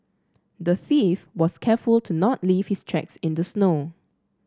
the thief was careful to not leave his tracks in the snow